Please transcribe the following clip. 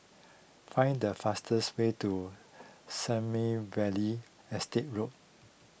find the fastest way to Sommerville Estate Road